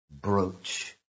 brooch